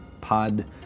pod